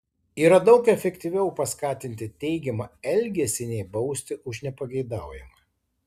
yra daug efektyviau paskatinti teigiamą elgesį nei bausti už nepageidaujamą